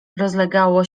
rozlegało